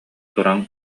туран